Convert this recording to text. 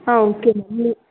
ah okay ma'am